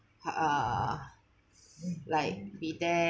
uh like be there